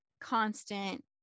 constant